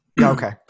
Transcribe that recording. Okay